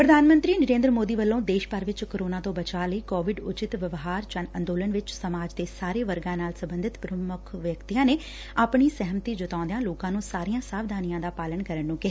ਪ੍ਰਧਾਨ ਮੰਤਰੀ ਨਰੇਦਰ ਮੋਦੀ ਵੱਲੋ ਦੇਸ਼ ਭਰ ਚ ਕੋਰੋਨਾ ਤੋ ਬਚਾਅ ਲਈ ਕੋਵਿਡ ਊਚਿਤ ਵਿਵਹਾਰ ਜਨ ਅੰਦੋਲਨ ਵਿਚ ਸਮਾਜ ਦੇ ਸਾਰੇ ਵਰਗਾਂ ਨਾਲ ਸਬੰਧਤ ਪ੍ਰਮੁੱਖ ਵਿਅਕਤੀਆਂ ਨੇ ਆਪਣੀ ਸਹਿਮਤੀ ਜਤਾਉਂਦਿਆਂ ਲੋਕਾਂ ਨੂੰ ਸਾਰੀਆਂ ਸਾਵਧਾਨੀਆਂ ਦਾ ਪਾਲਣ ਕਰਨ ਨੂੰ ਕਿਹਾ